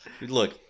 Look